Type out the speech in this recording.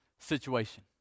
situation